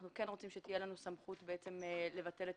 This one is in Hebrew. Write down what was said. אנחנו כן רוצים שתהיה לנו סמכות לבטל את